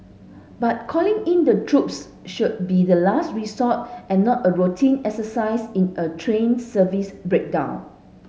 but calling in the troops should be the last resort and not a routine exercise in a train service breakdown